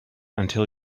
until